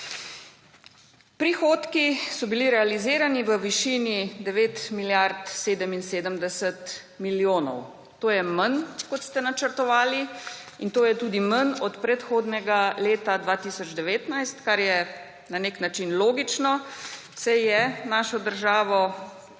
Prihodki so bili realizirani v višini 9 milijard 77 milijonov. To je manj, kot ste načrtovali, in to je tudi manj od prehodnega leta 2019, kar je na nek način logično, saj je našo državo